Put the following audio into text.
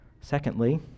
Secondly